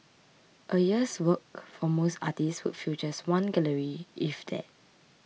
a year's work for most artists would fill just one gallery if that